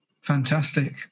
Fantastic